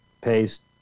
paste